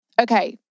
Okay